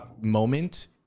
moment